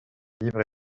libre